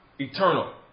eternal